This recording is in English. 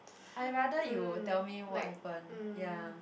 I rather you tell me what happen ya